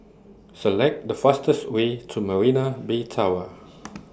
Select The fastest Way to Marina Bay Tower